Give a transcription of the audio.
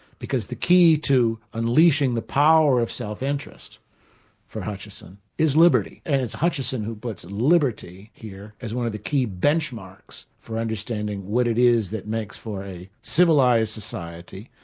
because the key to unleashing the power of self-interest for hutchison, is liberty, and it's hutchison who puts liberty here as one of the key benchmarks for understanding what it is that makes for a civilised society,